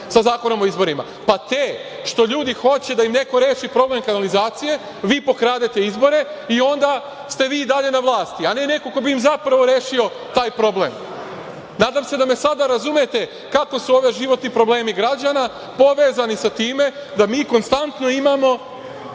sa Zakonom o izborima, pa te što ljudi hoće da im neko reši problem kanalizacije, vi pokradete izbore i onda ste vi i dalje na vlasti, a ne neko ko bi im zapravo rešio taj problem. Nadam se da me sada razumete kako su ovi životni problemi građana povezani sa time da mi konstantno imamo